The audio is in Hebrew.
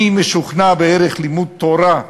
אני משוכנע בערך לימוד תורה,